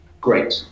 Great